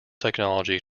technology